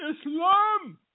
islam